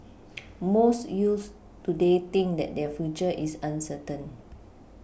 most youths today think that their future is uncertain